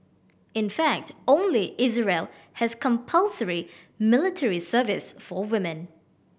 in fact only Israel has compulsory military service for women